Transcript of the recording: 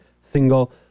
single